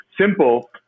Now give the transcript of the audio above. Simple